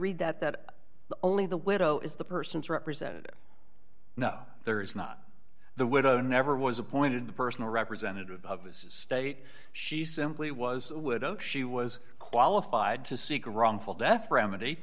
read that that only the widow is the person's representative no there is not the widow never was appointed the personal representative of this state she simply was a widow she was qualified to seek wrongful death remedy